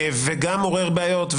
גם עורר בעיות,